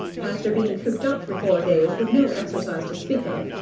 after being cooped up for four days with no exercise to speak of,